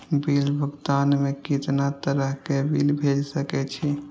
Bill भुगतान में कितना तरह के बिल भेज सके छी?